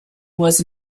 was